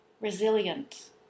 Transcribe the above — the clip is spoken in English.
resilient